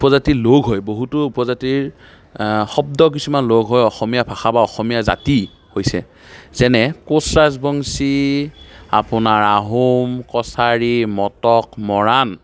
উপজাতি লগ হৈ বহুতো উপজাতিৰ শব্দ কিছুমান লগ হৈ অসমীয়া ভাষা বা অসমীয়া জাতি হৈছে যেনে কোঁচ ৰাজবংশী আপোনাৰ আহোম কছাৰী মটক মৰাণ